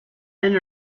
and